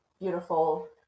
beautiful